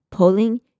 Pulling